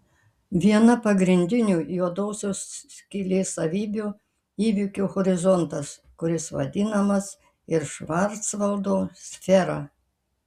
viena pagrindinių juodosios skylės savybių įvykių horizontas kuris vadinamas ir švarcvaldo sfera